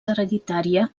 hereditària